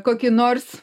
kokį nors